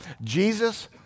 Jesus